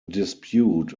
dispute